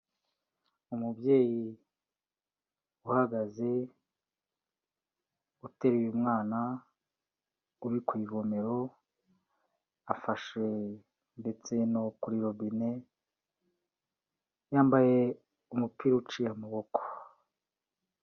Umubyeyi uhagaze, uteruye mwana uri ku ivomero, afashe ndetse no kuri robine, yambaye umupira uciye amaboko.